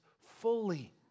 fully